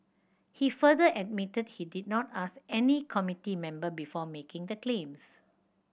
he further admitted he did not ask any committee member before making the claims